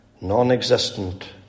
non-existent